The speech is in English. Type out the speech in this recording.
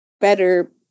better